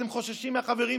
אתם חוששים מהחברים שלכם.